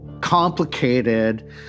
complicated